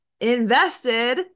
invested